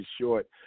short